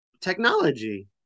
technology